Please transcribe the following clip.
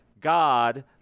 God